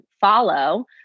follow